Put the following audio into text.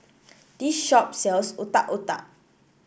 this shop sells Otak Otak